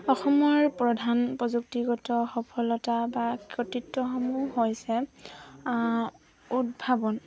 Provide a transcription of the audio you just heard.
অসমৰ প্ৰধান প্ৰযুক্তিগত সফলতা বা কতৃত্বসমূহ হৈছে উদ্ভাৱন